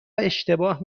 اشتباه